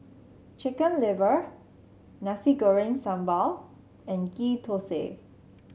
Chicken Liver Nasi Goreng Sambal and Ghee Thosai